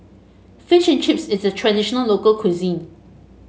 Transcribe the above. fish and Chips is a traditional local cuisine